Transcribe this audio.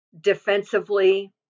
defensively